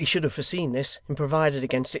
we should have foreseen this, and provided against it.